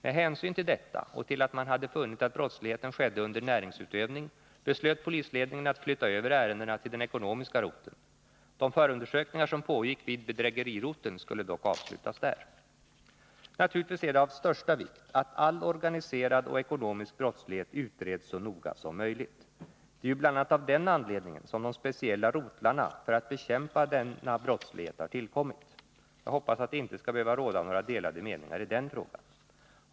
Med hänsyn till detta och till att man hade funnit att brottsligheten skedde under näringsutövning, beslöt polisledningen att flytta över ärendena till den ekonomiska roteln. De förundersökningar som pågick vid bedrägeriroteln skulle dock avslutas där. Naturligtvis är det av största vikt att all organiserad och ekonomisk brottslighet utreds så noga som möjligt. Det är ju bl.a. av den anledningen som de speciella rotlarna för att bekämpa denna brottslighet har tillkommit. Jag hoppas att det inte skall behöva råda några delade meningar i den frågan.